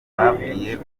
babwiye